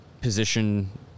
position